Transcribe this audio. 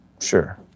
sure